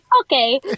Okay